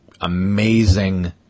amazing